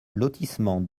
lotissement